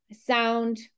sound